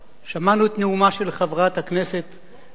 שמענו את נאומה של חברת הכנסת גלאון,